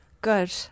good